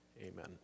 Amen